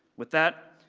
with that,